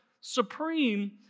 supreme